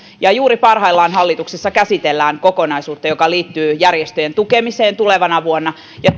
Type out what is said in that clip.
ja juuri parhaillaan hallituksessa käsitellään kokonaisuutta joka liittyy järjestöjen tukemiseen tulevana vuonna ja